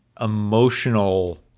emotional